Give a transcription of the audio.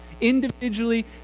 individually